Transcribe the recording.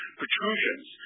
protrusions